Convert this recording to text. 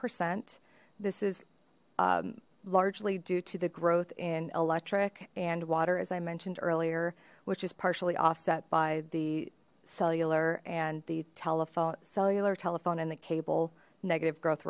percent this is largely due to the growth in electric and water as i mentioned earlier which is partially offset by the cellular and the telephone cellular telephone and the cable negative growth